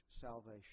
salvation